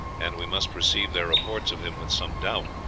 and we must receive their reports of him with some doubt.